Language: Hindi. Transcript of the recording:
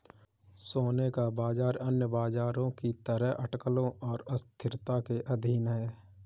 सोने का बाजार अन्य बाजारों की तरह अटकलों और अस्थिरता के अधीन है